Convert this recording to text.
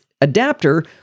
adapter